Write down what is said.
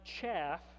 chaff